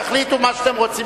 תחליטו מה שאתם רוצים,